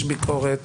יש ביקורת